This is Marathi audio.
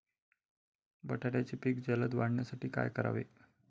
बटाट्याचे पीक जलद वाढवण्यासाठी काय करावे?